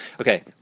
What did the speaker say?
Okay